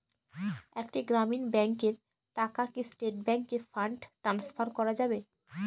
একটি গ্রামীণ ব্যাংকের টাকা কি স্টেট ব্যাংকে ফান্ড ট্রান্সফার করা যাবে?